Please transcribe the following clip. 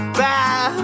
bad